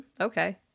Okay